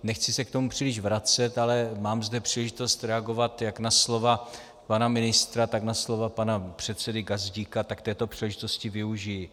Nechci se k tomu příliš vracet, ale mám zde příležitost reagovat jak na slova pana ministra, tak na slova pana předsedy Gazdíka, tak této příležitosti využiji.